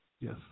Yes